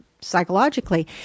psychologically